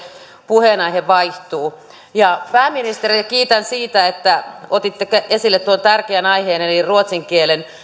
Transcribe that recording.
puheenaihe vaihtuu pääministeriä kiitän siitä että otitte esille tuon tärkeän aiheen eli ruotsin kielen